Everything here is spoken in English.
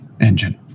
engine